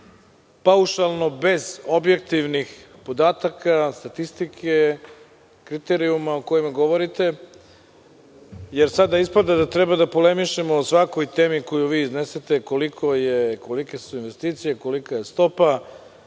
paušalno, bez objektivnih podataka, statistike, kriterijuma o kojima govorite, jer sada ispada da treba da polemišemo o svakoj temi koju vi iznesete kolike su investicije, kolika je stopa.